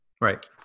Right